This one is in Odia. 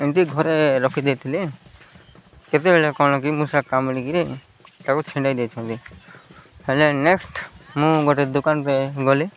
ଏମିତି ଘରେ ରଖି ଦେଇଥିଲି କେତେବେଳେ କ'ଣ କି ମୁଁ ସେ କାମୁଡ଼ି କିରି ତାକୁ ଛିଣ୍ଡାଇ ଦେଇଛନ୍ତି ହେଲେ ନେକ୍ସଟ୍ ମୁଁ ଗୋଟେ ଦୋକାନରେ ଗଲି